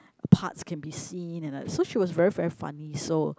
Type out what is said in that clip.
parts can be see and like so she was very very funny so